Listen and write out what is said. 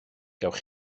gewch